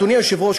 אדוני היושב-ראש,